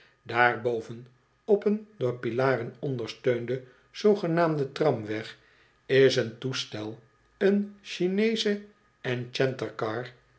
boven op een door pilaren ondersteunden z g tram weg is een toestel een chineesche enchanter's